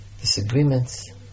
disagreements